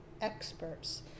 experts